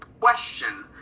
Question